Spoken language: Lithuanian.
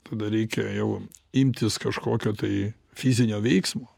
tada reikia jau imtis kažkokio tai fizinio veiksmo